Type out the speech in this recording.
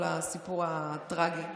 כל הסיפור הטרגי.